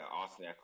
Austin